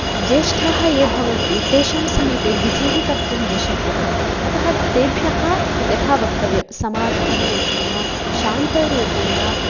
ज्येष्ठाः ये भवन्ति तेषां समीपे विधिः कर्तुं न शक्यते अतः तेभ्यः यथा वक्तव्यं समाधानरूपेण शान्तरूपेण